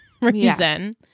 reason